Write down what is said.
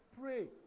pray